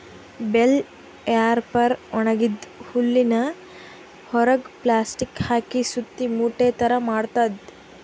bell wrapper ಒಣಗಿದ್ದ್ ಹುಲ್ಲಿನ್ ಹೊರೆಗ್ ಪ್ಲಾಸ್ಟಿಕ್ ಹಾಕಿ ಸುತ್ತಿ ಮೂಟೆ ಥರಾ ಮಾಡ್ತದ್